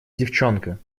девчонка